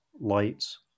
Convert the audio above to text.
lights